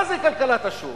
מה זה כלכלת השוק?